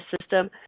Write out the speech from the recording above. system